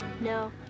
no